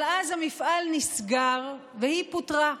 אבל אז המפעל נסגר והיא פוטרה,